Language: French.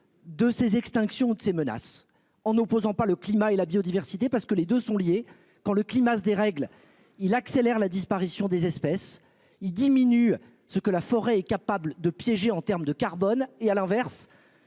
De ces extinctions de ces menaces en opposant pas le climat et la biodiversité parce que les deux sont liés. Quand le climat se dérègle, il accélère la disparition des espèces il diminue ce que la forêt est capable de piéger en terme de carbone et à l'inverse